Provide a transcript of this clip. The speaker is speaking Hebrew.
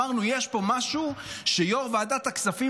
אמרנו: יש פה משהו שיו"ר ועדת הכספים